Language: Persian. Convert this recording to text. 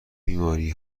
بیماری